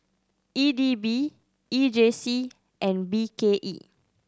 E D B E J C and B K E